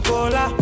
Cola